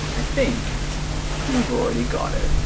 think we've already got it.